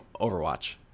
overwatch